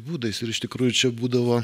būdais ir iš tikrųjų čia būdavo